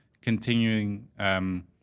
continuing